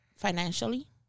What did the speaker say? Financially